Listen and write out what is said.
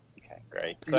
okay, great.